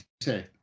say